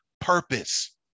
purpose